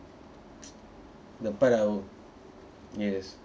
that part I will yes